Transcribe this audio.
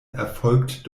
erfolgt